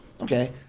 Okay